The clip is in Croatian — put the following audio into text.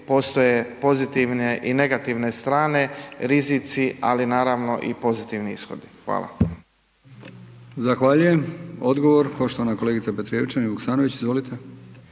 postoje pozitivne i negativne strane, rizici, ali naravno i pozitivni ishodi. Hvala. **Brkić, Milijan (HDZ)** Zahvaljujem. Odgovor poštovana kolegica Petrijevčanin Vuksanović, izvolite.